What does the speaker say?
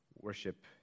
worship